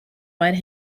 right